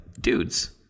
dudes